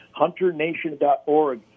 HunterNation.org